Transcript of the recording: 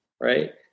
right